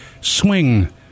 Swing